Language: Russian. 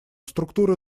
структуры